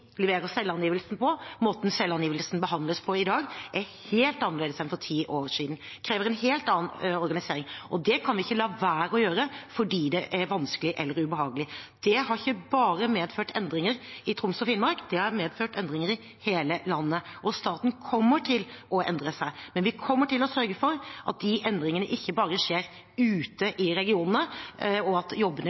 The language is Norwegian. leverer selvangivelsen på, måten selvangivelsen behandles på, er helt annerledes i dag enn for ti år siden og krever en helt annen organisering. Dette kan vi ikke la være å gjøre fordi det er vanskelig eller ubehagelig. Det har ikke medført endringer bare i Troms og Finnmark; det har medført endringer i hele landet. Staten kommer til å endre seg, men vi kommer til å sørge for at endringene ikke skjer bare ute i regionene og jobbene